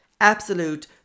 Absolute